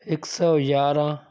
हिकु सौ यारहां